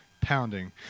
pounding